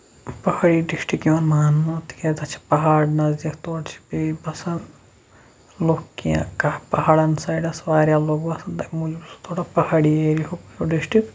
پہٲڑی ڈِسٹرک یِوان ماننہٕ تِکیازِ تَتھ چھِ پہاڑ نَزدیٖک تورٕ چھِ بیٚیہِ بسان لُکھ کیٚنٛہہ کانٛہہ پَہاڑن سایڈس واریاہ لُکھ بسان تمہِ موٗجوٗب چھُ سُہ تھوڑا پہاڑی ایریا ہُک سُہ ڈِسٹرک